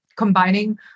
combining